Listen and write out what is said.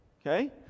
okay